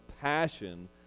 passion